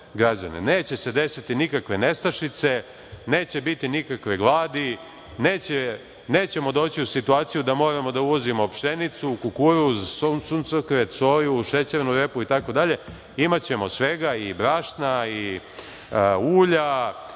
Neće se desiti nikakve nestašice. Neće biti nikakve gladi. Nećemo doći u situaciju da moramo da uvozimo pšenicu, kukuruz, suncokret, soju, šećernu repu itd. Imaćemo svega i brašna i ulja.